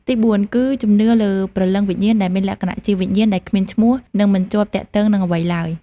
ទីបួន គឺជំនឿលើព្រលឹងវិញ្ញាណដែលមានលក្ខណៈជាវិញ្ញាណដែលគ្មានឈ្មោះនិងមិនជាប់ទាក់ទងនឹងអ្វីឡើយ។